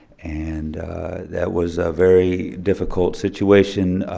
and that was a very difficult situation.